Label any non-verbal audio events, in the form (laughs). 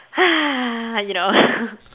!hais! you know (laughs)